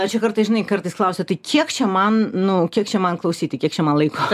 čia kartais žinai kartais klausia tai kiek čia man nu kiek čia man klausyti kiek čia man laiko